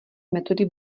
metody